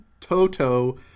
Toto